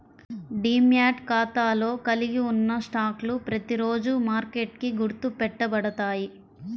demat ఖాతాలో కలిగి ఉన్న స్టాక్లు ప్రతిరోజూ మార్కెట్కి గుర్తు పెట్టబడతాయి